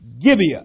Gibeah